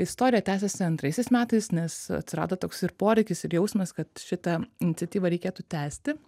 istorija tęsėsi antraisiais metais nes atsirado toks ir poreikis ir jausmas kad šitą iniciatyvą reikėtų tęsti